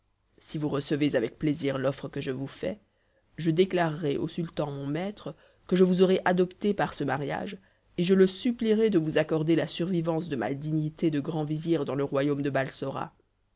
si vous recevez avec plaisir l'offre que je vous fais je déclarerai au sultan mon maître que je vous aurai adopté par ce mariage et je le supplierai de vous accorder la survivance de ma dignité de grand vizir dans le royaume de